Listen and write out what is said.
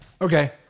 Okay